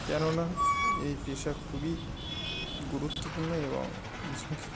কেননা এই পেশা খুবই গুরুত্বপূর্ণ এবং ঝুঁকি